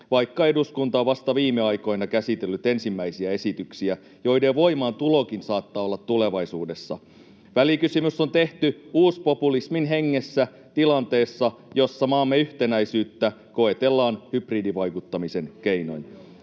vaikka eduskunta on vasta viime aikoina käsitellyt ensimmäisiä esityksiä, joiden voimaantulokin saattaa olla tulevaisuudessa. Välikysymys on tehty uuspopulismin hengessä tilanteessa, jossa maamme yhtenäisyyttä koetellaan hybridivaikuttamisen keinoin.